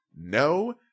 no